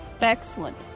Excellent